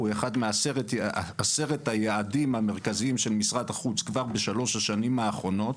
הוא אחד מעשרת היעדים המרכזיים של משרד החוץ כבר בשלוש השנים האחרונות.